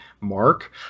mark